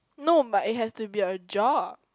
no but it has to be a job